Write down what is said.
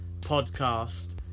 podcast